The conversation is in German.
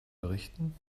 berichten